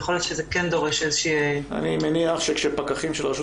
יכול להיות שזה כן דורש --- אני מניח שכשפקחים של הרשות